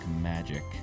magic